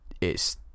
it's-